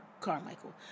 Carmichael